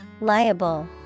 Liable